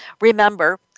remember